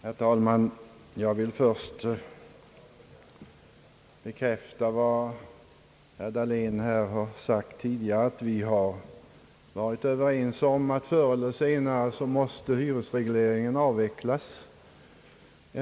Herr talman! Jag vill först bekräfta vad herr Dahlén tidigare har sagt, nämligen att vi har varit överens om att hyresregleringen förr eller senare måste avvecklas.